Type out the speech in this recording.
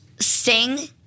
Sing